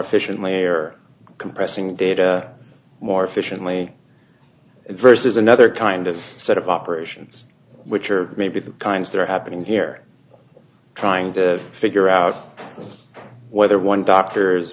efficiently or compressing data more efficiently versus another kind of set of operations which are maybe the kinds that are happening here trying to figure out whether one doctor is